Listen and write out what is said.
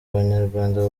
abanyarwanda